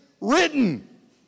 written